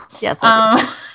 Yes